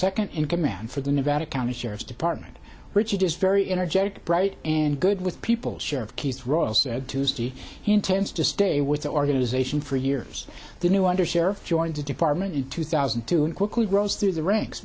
second in command for the nevada county sheriff's department which he does very energetic bright and good with people share of keith's royal said tuesday he intends to stay with the organization for years the new understeer joined the department in two thousand and two and quickly rose through the ranks